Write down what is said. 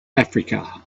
africa